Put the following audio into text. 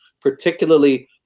particularly